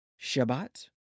Shabbat